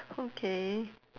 okay